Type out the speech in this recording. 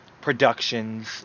productions